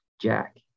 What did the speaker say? Jack